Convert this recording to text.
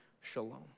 shalom